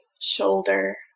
shoulder